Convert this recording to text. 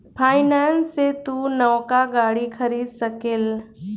finance से तू नवका गाड़ी खरीद सकेल